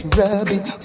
rubbing